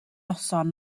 noson